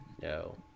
No